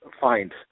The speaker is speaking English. find